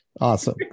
Awesome